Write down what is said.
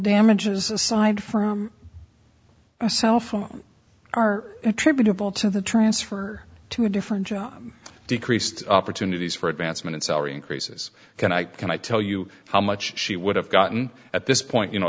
damages aside from a cell phone are attributable to the transfer to a different job decreased opportunities for advancement salary increases can i can i tell you how much she would have gotten at this point you know